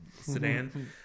sedan